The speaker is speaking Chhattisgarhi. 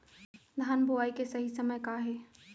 धान बोआई के सही समय का हे?